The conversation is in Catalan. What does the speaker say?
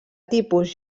tipus